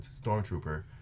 stormtrooper